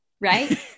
right